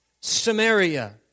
Samaria